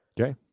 okay